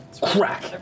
crack